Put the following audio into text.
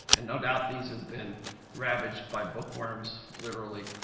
and no doubt, these had been ravaged by bookworms, literally,